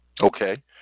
Okay